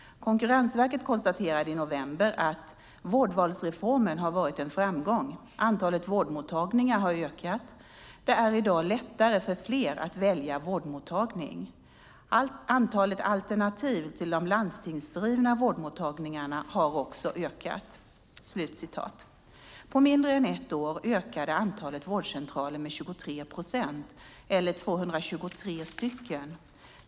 Konkurrensverket konstaterade i november: "Vårdvalsreformen har varit en framgång. Antalet vårdmottagningar har ökat. Det är idag lättare för fler att välja vårdmottagning. Antalet alternativ till de landstingsdrivna vårdmottagningarna har också ökat." På mindre än ett år ökade antalet vårdcentraler med 23 procent eller 223 stycken.